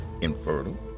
infertile